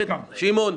נקפיא,